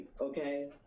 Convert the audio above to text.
okay